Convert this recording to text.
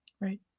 Right